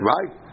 Right